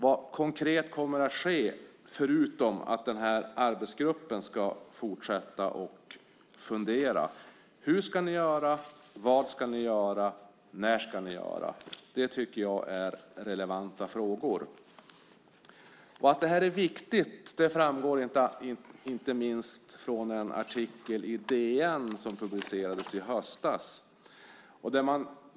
Vad kommer konkret att ske förutom att arbetsgruppen ska fortsätta att fundera? Hur ska ni göra? Vad ska ni göra? När ska ni göra det? Det tycker jag är relevanta frågor. Att detta är viktigt framgår inte minst av en artikel i DN som publicerades i höstas.